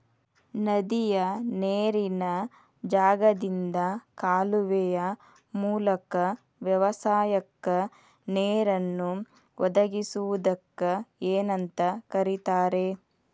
ನದಿಯ ನೇರಿನ ಜಾಗದಿಂದ ಕಾಲುವೆಯ ಮೂಲಕ ವ್ಯವಸಾಯಕ್ಕ ನೇರನ್ನು ಒದಗಿಸುವುದಕ್ಕ ಏನಂತ ಕರಿತಾರೇ?